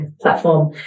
platform